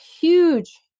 huge